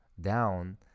down